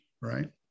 right